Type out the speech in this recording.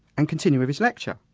and continue with his lecture.